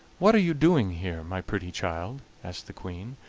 what are you doing here, my pretty child? asked the queen.